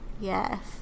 yes